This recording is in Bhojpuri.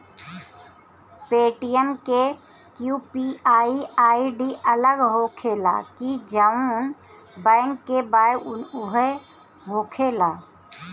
पेटीएम के यू.पी.आई आई.डी अलग होखेला की जाऊन बैंक के बा उहे होखेला?